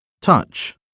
Touch